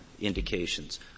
indications